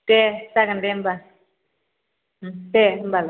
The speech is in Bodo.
दे जागोन दे होमबा उम दे होमबालाय